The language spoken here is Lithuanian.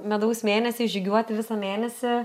medaus mėnesį žygiuoti visą mėnesį